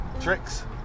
tricks